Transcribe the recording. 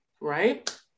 right